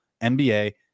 NBA